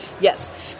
yes